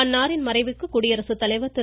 அன்னாரின் மறைவிற்கு குடியரசுத்தலைவர் திரு